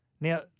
Now